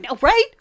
right